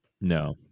No